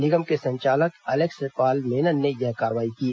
निगम के संचालक Alex Paul Menon ने यह कार्रवाई की है